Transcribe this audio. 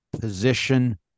position